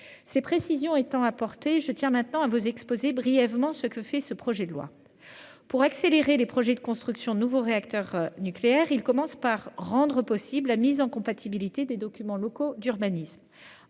ces précisions étant apportées, je tiens maintenant à vous exposer brièvement ce que prévoit ce projet de loi. Afin d'accélérer les projets de construction de nouveaux réacteurs nucléaires, il rend tout d'abord possible la mise en compatibilité des documents locaux d'urbanisme.